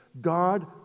God